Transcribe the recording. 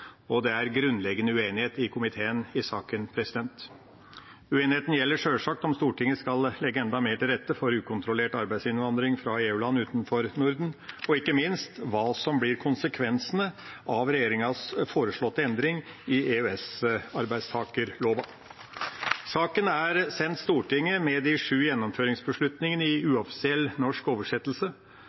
og det er grunnleggende uenighet i komiteen om saken. Uenigheten gjelder sjølsagt om Stortinget skal legge enda mer til rette for ukontrollert arbeidsinnvandring fra EU-land utenfor Norden, og ikke minst hva som blir konsekvensene av regjeringas foreslåtte endring i EØS-arbeidstakerloven. Saken er sendt Stortinget med de sju gjennomføringsbeslutningene i uoffisiell norsk oversettelse.